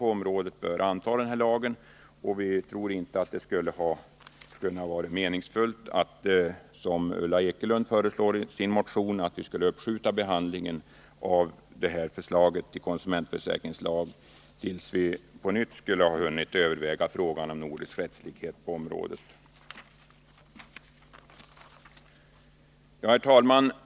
Vi tror inte — 18 december 1979 att det skulle ha varit meningsfullt att som Ulla Ekelund föreslår i sin motion uppskjuta behandlingen av förslaget till konsumentförsäkringslag tills frågan om nordisk rättslikhet på nytt hunnit övervägas. Herr talman!